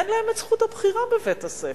אין להם זכות הבחירה בבית-הספר: